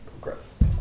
growth